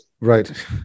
Right